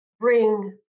bring